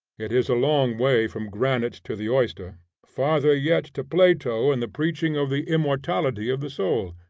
it is a long way from granite to the oyster farther yet to plato and the preaching of the immortality of the soul.